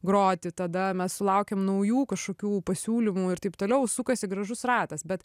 groti tada mes sulaukiam naujų kažkokių pasiūlymų ir taip toliau sukasi gražus ratas bet